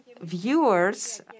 viewers